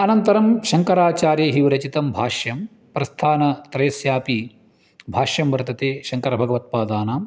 अनन्तरं शङ्कराचार्यैः विरचितं भाष्यं प्रस्थानत्रयस्यापि भाष्यं वर्तते शङ्करभगवत्पादानां